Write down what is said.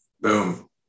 boom